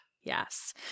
Yes